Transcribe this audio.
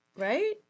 right